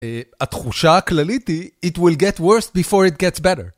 התחושה הכללית היא that it will get worse before it gets better.